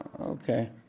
okay